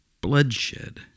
bloodshed